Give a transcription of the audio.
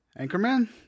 Anchorman